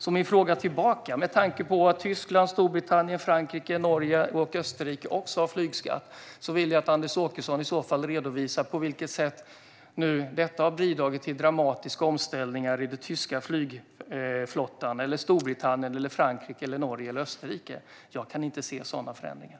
Så min fråga tillbaka blir: Med tanke på att Tyskland, Storbritannien, Frankrike, Norge och Österrike också har flygskatt vill jag att Anders Åkesson redovisar på vilket sätt detta har bidragit till dramatiska omställningar i den tyska flygflottan, eller i Storbritanniens, Frankrikes, Norges eller Österrikes. Jag kan inte se några sådana förändringar.